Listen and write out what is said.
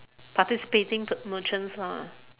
participating per merchants lah